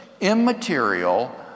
immaterial